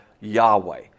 Yahweh